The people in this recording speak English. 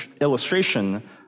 illustration